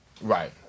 Right